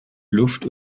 luft